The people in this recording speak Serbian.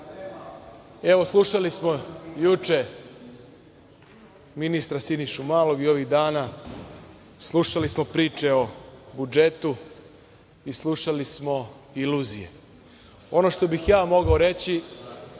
slušali smo juče ministra Sinišu Malog i ovih dana slušali smo priče o budžetu i slušali smo iluzije. Ono što bih ja mogao reći,